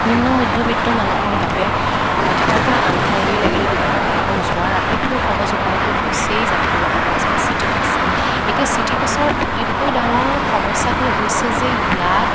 নিম্ন মধ্যবিত্ত মানুহৰ বাবে এঠাইৰ পৰা আন ঠাইলৈ লাগিলে দুঘন্টাই হওক যোৱাৰ আটাইতকৈ সহজ উপায়টো হৈছেই যাত্ৰীবাহী বাছ বা চিটি বাছ এতিয়া চিটিবাছৰ আটাইতকৈ ডাঙৰ সমস্যাটো হৈছে যে ইয়াত